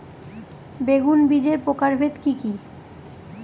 বেগুন বীজের প্রকারভেদ কি কী?